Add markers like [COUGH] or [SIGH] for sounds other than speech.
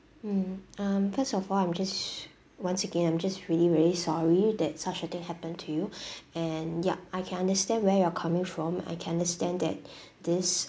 mm um first of all I'm just sh~ once again I'm just really really sorry that such a thing happen to you [BREATH] and ya I can understand where you're coming from I can understand that [BREATH] this